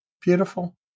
beautiful